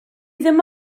ddim